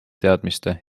teadmiste